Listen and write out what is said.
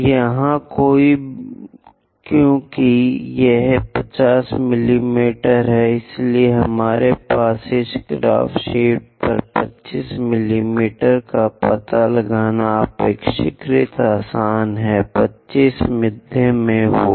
यहां क्योंकि यह 50 मिमी है इसलिए हमारे लिए इस ग्राफ शीट पर 25 मिमी का पता लगाना अपेक्षाकृत आसान है 25 मध्य में होगा